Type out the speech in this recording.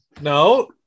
No